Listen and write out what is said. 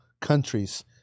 countries